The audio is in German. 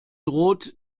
droht